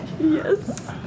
Yes